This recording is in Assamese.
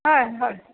হয় হয়